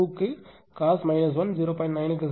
9 க்கு சமம்